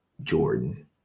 Jordan